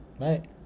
right